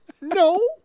no